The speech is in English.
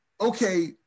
okay